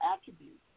attributes